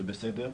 זה בסדר,